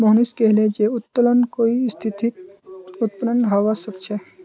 मोहनीश कहले जे उत्तोलन कई स्थितित उत्पन्न हबा सख छ